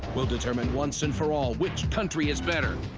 we'll determine once and for all which country is better.